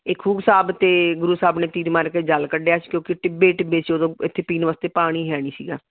ਇਹ ਖੂਹ ਸਾਹਿਬ 'ਤੇ ਗੁਰੂ ਸਾਹਿਬ ਨੇ ਤੀਰ ਮਾਰ ਕੇ ਜਲ ਕੱਢਿਆ ਸੀ ਕਿਉਂਕਿ ਟਿੱਬੇ ਟਿੱਬੇ ਸੀ ਉਦੋਂ ਇੱਥੇ ਪੀਣ ਵਾਸਤੇ ਪਾਣੀ ਹੈ ਨਹੀਂ ਸੀਗਾ